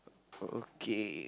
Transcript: okay